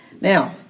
Now